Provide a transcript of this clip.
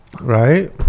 Right